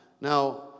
Now